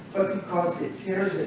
of the public good